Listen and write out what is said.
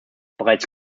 bereits